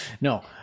No